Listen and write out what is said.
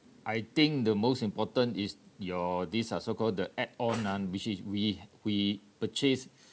I think the most important is your this uh so called the add on ah which is we we purchase